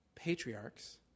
patriarchs